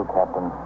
Captain